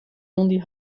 only